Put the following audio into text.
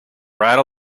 right